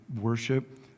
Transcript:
worship